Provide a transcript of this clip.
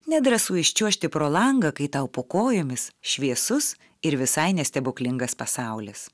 nedrąsu iščiuožti pro langą kai tau po kojomis šviesus ir visai ne stebuklingas pasaulis